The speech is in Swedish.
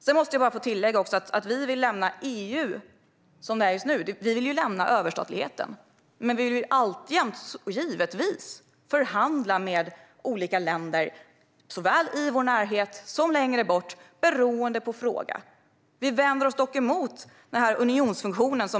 Sedan måste jag bara få tillägga att vi vill lämna EU som det är just nu. Vi vill lämna överstatligheten. Men vi vill givetvis alltjämt förhandla med olika länder såväl i vår närhet som längre bort, beroende på fråga. Vi vänder oss dock emot unionsfunktionen.